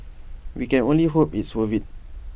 we can only hope it's worth IT